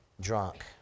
drunk